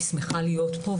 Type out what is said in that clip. אני שמחה להיות פה,